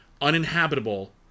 uninhabitable